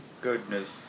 goodness